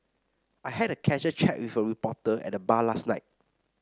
I had a casual chat with a reporter at the bar last night